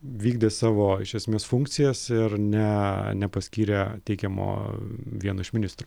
vykdė savo iš esmės funkcijas ir ne nepaskyrė teikiamo vieno iš ministrų